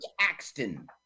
Axton